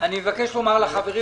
אני מבקש לומר לחברים,